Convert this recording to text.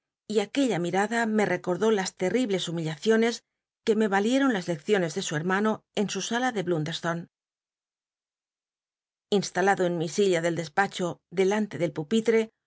y aquella mimila me reco rdó la tcl'l'iblcs hum illtlcioncs que me valicton las lecciones le su hermano en su sala de llluntlctslone instalado en mi silla del despacho delante del pupitre